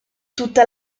tutta